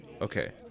Okay